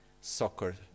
soccer